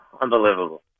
unbelievable